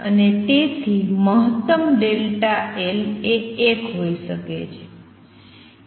અને તેથી મહત્તમ ∆l એ 1 હોઈ શકે છે